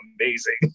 amazing